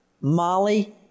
Molly